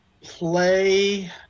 play